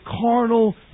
carnal